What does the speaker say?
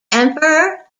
emperor